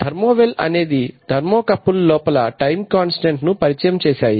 thermowell అనేవి thermocouple లోపల time constant ను పరిచయం చేశాయి